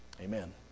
Amen